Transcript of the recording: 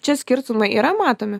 čia skirtumai yra matomi